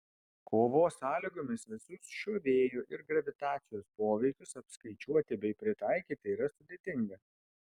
kovos sąlygomis visus šiuo vėjo ir gravitacijos poveikius apskaičiuoti bei pritaikyti yra sudėtinga